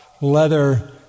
leather